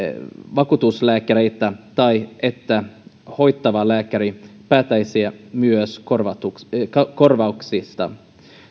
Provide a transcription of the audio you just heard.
vakuutuslääkäreitä tai että hoitava lääkäri päättäisi myös korvauksista korvauksista